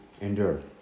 endure